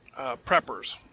preppers